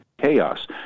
chaos